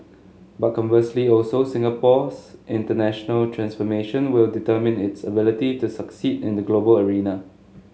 but conversely also Singapore's international transformation will determine its ability to succeed in the global arena